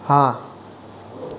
હા